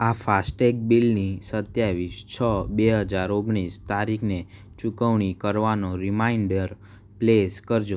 આ ફાસ્ટેગ બિલની સત્તાવીસ છ બે હજાર ઓગણીસ તારીખને ચૂકવણી કરવાનો રીમાઈન્ડર પ્લેસ કરજો